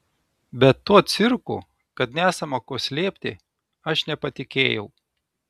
bet tuo cirku kad nesama ko slėpti aš nepatikėjau